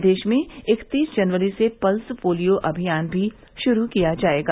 प्रदेश में इकतीस जनवरी से पल्स पोलियो अमियान भी शुरू किया जायेगा